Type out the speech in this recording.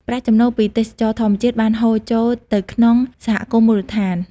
ប្រាក់ចំណូលពីទេសចរណ៍ធម្មជាតិបានហូរចូលទៅក្នុងសហគមន៍មូលដ្ឋាន។